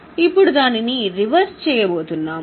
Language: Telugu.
ఇప్పుడు దానిని రివర్స్ చేయబోతున్నాము